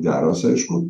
geras aišku